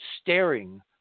staring